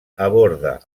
aborda